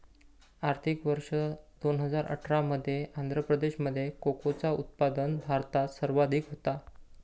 आर्थिक वर्ष दोन हजार अठरा मध्ये आंध्र प्रदेशामध्ये कोकोचा उत्पादन भारतात सर्वाधिक होता